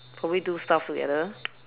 probably do stuff together